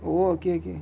oh okay okay